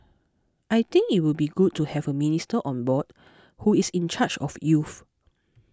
I think it will be good to have a minister on board who is in charge of youth